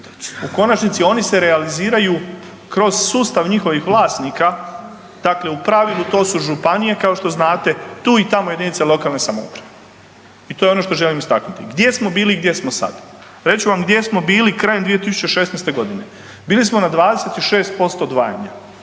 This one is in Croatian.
U konačnici oni se realiziraju kroz sustav njihovih vlasnika, dakle u pravilu to su županije, kao što znate tu i tamo JLS-ovi i to je ono što želim istaknuti. Gdje smo bili i gdje smo sad? Reći ću vam gdje smo bili krajem 2016.g., bili smo na 26% odvajanja.